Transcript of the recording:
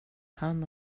han